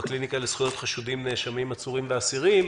בקליניקה לזכויות חשודים, נאשמים, עצורים ואסירים,